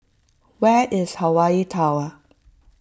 where is Hawaii Tower